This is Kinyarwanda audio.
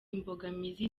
imbogamizi